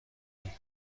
ایم